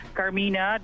Carmina